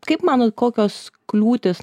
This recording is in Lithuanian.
kaip manot kokios kliūtys